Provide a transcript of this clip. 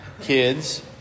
Kids